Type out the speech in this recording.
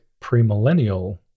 premillennial